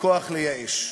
וכוח לייאש.